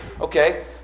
okay